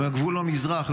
מהגבול במזרח,